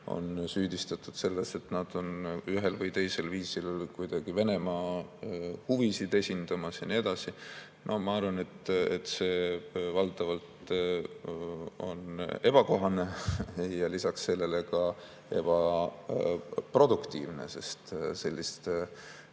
on süüdistatud selles, et nad on ühel või teisel viisil kuidagi Venemaa huvisid esindamas, ja nii edasi. Ma arvan, et see valdavalt on ebakohane ja lisaks sellele ka ebaproduktiivne, sest vaevalt